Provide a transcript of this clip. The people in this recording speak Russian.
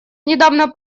недавно